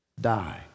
die